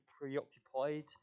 preoccupied